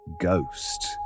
Ghost